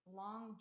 long